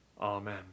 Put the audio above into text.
Amen